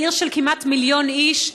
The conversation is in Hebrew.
עיר של כמעט מיליון איש.